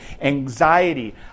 anxiety